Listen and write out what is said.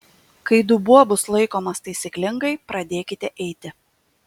kai dubuo bus laikomas taisyklingai pradėkite eiti